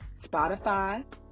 Spotify